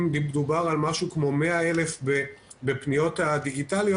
אם מדובר על משהו כמו 100,000 בפניות דיגיטליות,